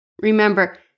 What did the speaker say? Remember